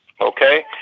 okay